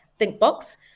Thinkbox